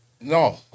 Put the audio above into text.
no